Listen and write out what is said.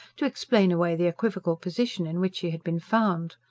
to explain away the equivocal position in which she had been found.